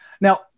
Now